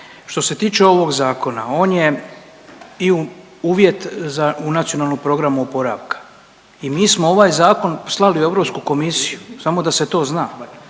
Što se tiče ovog zakona on je i uvjet za, u Nacionalnom programu oporavka i mi smo ovaj zakon slali u Europsku komisiju, samo da se to zna.